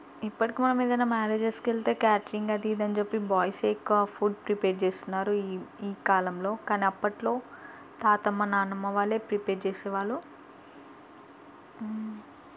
ఇప్పటికి మనం ఏదైనా మ్యారేజ్స్కి వెళ్తే క్యాటరింగ్ అది ఇది అని చెప్పి బాయ్స్ఎ ఎక్కువ ఫుడ్ ప్రిపేర్ చేస్తున్నారు ఈ ఈ కాలంలో కానీ అప్పట్లో తాతమ్మ నానమ్మ వాళ్ళే ప్రిపేర్ చేసేవాళ్ళు